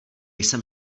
jsem